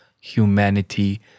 humanity